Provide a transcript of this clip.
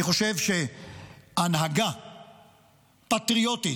אני חושב שהנהגה פטריוטית,